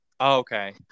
okay